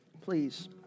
please